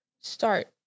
start